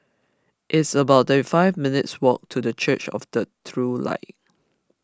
it's about thirty five minutes' walk to Church of the True Light